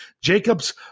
Jacobs